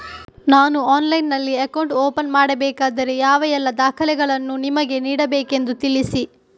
ನಾನು ಆನ್ಲೈನ್ನಲ್ಲಿ account open ಮಾಡಬೇಕಾದರೆ ಯಾವ ಎಲ್ಲ ದಾಖಲೆಗಳನ್ನು ನಿಮಗೆ ನೀಡಬೇಕೆಂದು ತಿಳಿಸಿ?